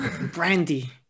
Brandy